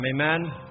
Amen